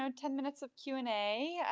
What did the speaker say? um ten minutes of q and a.